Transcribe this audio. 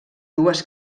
dues